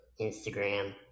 Instagram